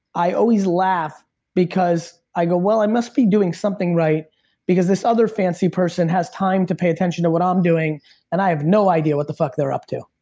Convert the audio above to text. i always laugh because i go, well, i must be doing something right because this other fancy person has time to pay attention to what i'm doing and i have no idea what the fuck they're up to.